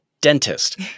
dentist